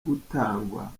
gutangwa